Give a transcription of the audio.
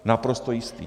Naprosto jistý.